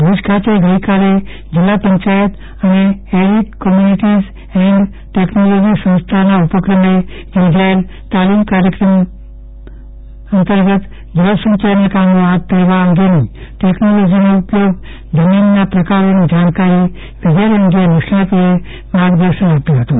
ભુજ ખાતે ગઈકાલે જિલ્લા પંચાયત અને એરીડ કોમ્યનીટી એન્ડ ટેકનોલોજી સંસ્થાના ઉપક્રમે યોજાયેલ તાલીમ કાર્યક્રમ યોજાયો હતો જેમાં જળ સંચયના કામો હાથ ધરવા અંગેની ટેકનોલોજીનો ઉપયોગ જમીનના પ્રકારોની જાણકારી વિગેરે અંગે નિષ્ણાતોએ માર્ગદર્શન આપ્યું હતું